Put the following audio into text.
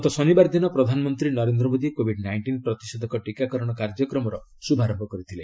ଗତ ଶନିବାର ଦିନ ପ୍ରଧାନମନ୍ତ୍ରୀ ନରେନ୍ଦ୍ର ମୋଦି କୋବିଡ୍ ନାଇଷ୍ଟିନ୍ ପ୍ରତିଷେଧକ ଟିକାକରଣ କାର୍ଯ୍ୟକ୍ରମର ଶୁଭାରମ୍ଭ କରିଥିଲେ